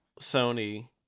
Sony